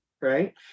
right